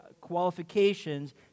qualifications